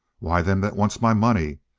why, them that wants my money.